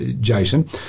Jason